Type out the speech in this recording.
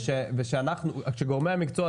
אבל כשגורמי המקצוע,